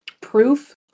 proof